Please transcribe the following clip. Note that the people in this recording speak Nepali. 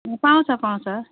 पाउँछ पाउँछ